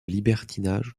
libertinage